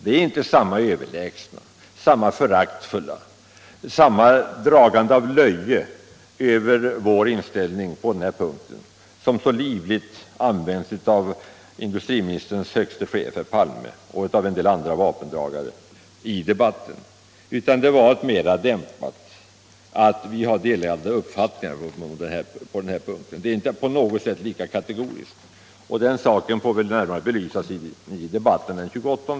Det är inte samma överlägsenhet, inte samma föraktfullhet, inte samma dragande av löje över vår inställning på den här punkten som i så stor utsträckning förekommer hos industriministerns högste chef, herr Palme, och hos en del andra vapendragare i debatten. Det var ett mera dämpat uttalande, att vi har delade uppfattningar på denna punkt. Det är inte på något sätt lika kategoriskt som herr Palmes giftigheter, och den saken får vi väl närmare belysa i debatten den 28.